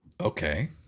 Okay